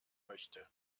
möchte